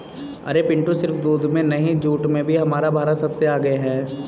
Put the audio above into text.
अरे पिंटू सिर्फ दूध में नहीं जूट में भी हमारा भारत सबसे आगे हैं